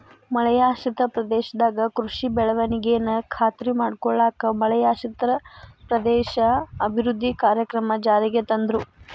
ಮಳೆಯಾಶ್ರಿತ ಪ್ರದೇಶದಾಗ ಕೃಷಿ ಬೆಳವಣಿಗೆನ ಖಾತ್ರಿ ಮಾಡ್ಕೊಳ್ಳಾಕ ಮಳೆಯಾಶ್ರಿತ ಪ್ರದೇಶ ಅಭಿವೃದ್ಧಿ ಕಾರ್ಯಕ್ರಮ ಜಾರಿಗೆ ತಂದ್ರು